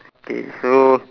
K so